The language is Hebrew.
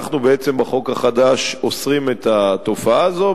אנחנו בחוק החדש אוסרים את התופעה הזאת.